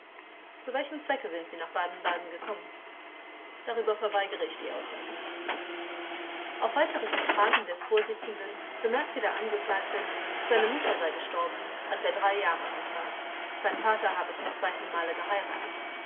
zu welchem zwecke sind sie nach baden-baden gekommen angekl darüber verweigere ich die aussage auf weiteres befragen des vorsitzenden bemerkte der angeklagte seine mutter sei gestorben als er drei jahre alt war sein vater habe zum zweiten male geheiratet